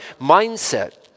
mindset